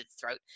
throat